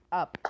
up